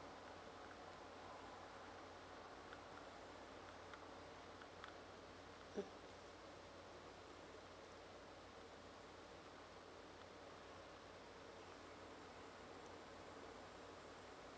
mm